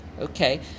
Okay